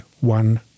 one